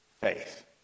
faith